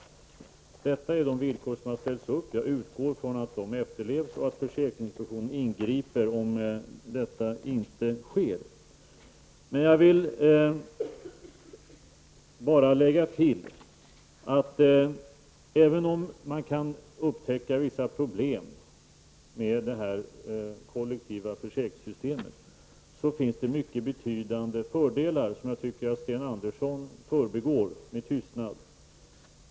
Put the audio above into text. Detta är de villkor som har ställts. Jag utgår från att de efterlevs och att försäkringsinspektionen ingriper om detta inte sker. Sedan vill jag bara tillägga att även om man kan upptäcka vissa problem med det kollektiva försäkringssystemet, finns det mycket betydande fördelar som jag tycker att Sten Andersson förbigår med tystnad.